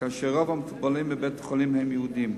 כאשר רוב המטופלים בבית-החולים הם יהודים.